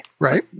Right